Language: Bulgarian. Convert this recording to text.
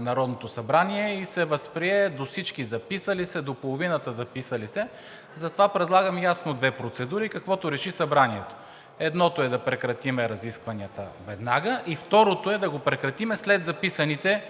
Народното събрание и се възприе – до всички записали се, до половината записали се. Затова предлагам ясно две процедури и каквото реши Събранието. Едното е да прекратим разискванията веднага, второто е да го прекратим след записаните